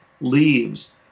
leaves